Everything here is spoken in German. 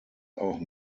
auch